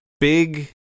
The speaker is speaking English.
big